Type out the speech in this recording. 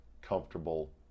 comfortable